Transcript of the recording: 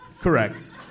Correct